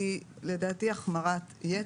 לדעתי זאת החמרת יתר.